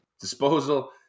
disposal